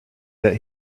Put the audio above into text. that